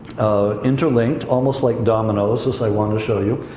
interlinked, almost like dominoes, as i want to show you.